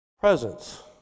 presence